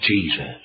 Jesus